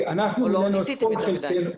או לא ניסיתם יותר מדי.